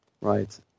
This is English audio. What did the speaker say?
Right